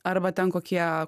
arba ten kokie